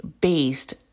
based